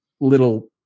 little